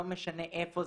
לא משנה איפה,